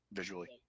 visually